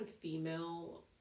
female